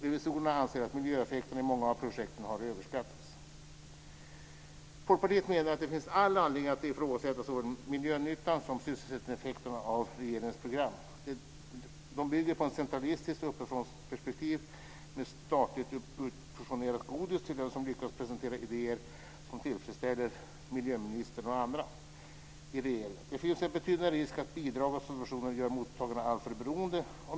Revisorerna anser att miljöeffekterna i många av projekten har överskattats. Folkpartiet menar att det finns all anledning att ifrågasätta såväl miljönyttan som sysselsättningseffekterna av regeringens program. Det bygger på ett centralistiskt uppifrånperspektiv med statligt utportionerat godis till dem som lyckas presentera idéer som tillfredsställer miljöministern och andra i regeringen. Det finns en betydande risk att bidrag och subventioner gör mottagarna alltför beroende.